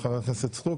לא של חברת הכנסת סטרוק,